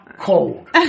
cold